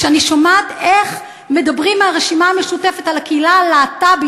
כשאני שומעת איך מדברים מהרשימה המשותפת על הקהילה הלהט"בית,